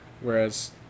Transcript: whereas